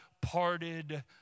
parted